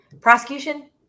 Prosecution